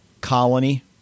Colony